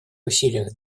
усилиях